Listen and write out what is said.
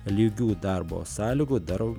lygių darbo sąlygų dar